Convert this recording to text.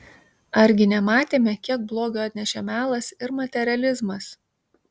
argi nematėme kiek blogio atnešė melas ir materializmas